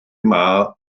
yma